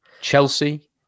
Chelsea